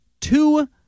two